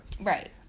Right